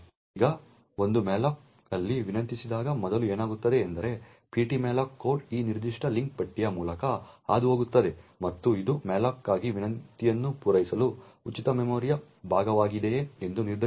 ಈಗ ಒಂದು malloc ಅಲ್ಲಿ ವಿನಂತಿಸಿದಾಗ ಮೊದಲು ಏನಾಗುತ್ತದೆ ಎಂದರೆ ptmalloc ಕೋಡ್ ಈ ನಿರ್ದಿಷ್ಟ ಲಿಂಕ್ ಪಟ್ಟಿಯ ಮೂಲಕ ಹಾದುಹೋಗುತ್ತದೆ ಮತ್ತು ಇದು malloc ಗಾಗಿ ವಿನಂತಿಯನ್ನು ಪೂರೈಸಲು ಉಚಿತ ಮೆಮೊರಿಯ ಭಾಗವಿದೆಯೇ ಎಂದು ನಿರ್ಧರಿಸುತ್ತದೆ